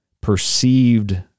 perceived